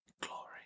glory